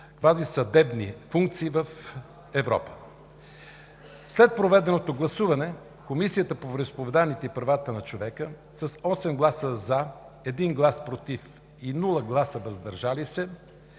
квазисъдебни функции в Европа. След проведеното гласуване Комисията по вероизповеданията и правата на човека с 8 гласа „за“, 1 глас „против“ и без „въздържал се“